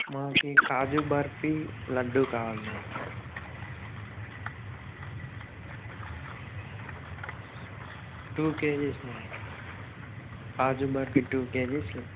మాకి కాజు బర్ఫీ లడ్డు కావాలి ma'am two kgs ma'am kaju barfi two kgs